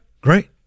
great